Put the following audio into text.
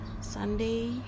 Sunday